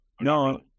No